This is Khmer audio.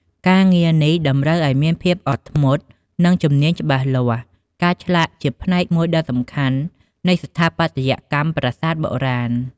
ការងារនេះតម្រូវឱ្យមានភាពអត់ធ្មត់ និងជំនាញច្បាស់លាស់ ការឆ្លាក់ជាផ្នែកមួយដ៏សំខាន់នៃស្ថាបត្យកម្មប្រាសាទបុរាណ។